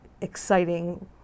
exciting